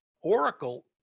Oracle